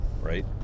right